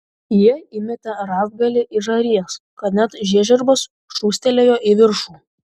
jie įmetė rąstagalį į žarijas kad net žiežirbos šūstelėjo į viršų